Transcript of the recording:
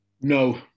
No